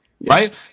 right